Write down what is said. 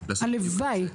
הלוואי.